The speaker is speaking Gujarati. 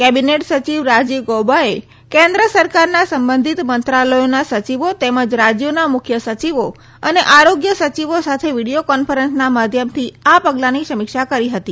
કેબીનેટ સચિવ રાજીવ ગૌબાએ કેન્દ્ર સરકારના સંબંધિત મંત્રાલયોના સચિવો તેમજ રાજયોના મુખ્ય સચિવો અને આરોગ્ય સચિવો સાથે વિડીયો કોન્ફરન્સના માધ્યમથી આ પગલાંની સમીક્ષા કરી હતી